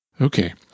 Okay